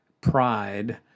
pride